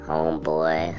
Homeboy